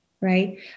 right